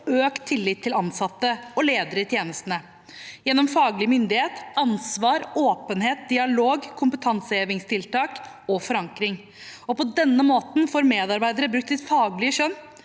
økt tillit til ansatte og ledere i tjenestene gjennom faglig myndighet, ansvar, åpenhet, dialog, kompetansehevingstiltak og forankring. På denne måten får medarbeidere brukt sitt faglige skjønn